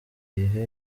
gihe